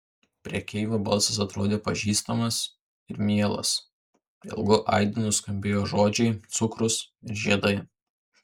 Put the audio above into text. prekeivio balsas atrodė pažįstamas ir mielas ilgu aidu nuskambėjo žodžiai cukrus ir žiedai